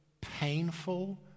painful